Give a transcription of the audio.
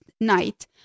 night